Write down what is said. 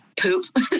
poop